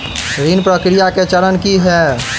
ऋण प्रक्रिया केँ चरण की है?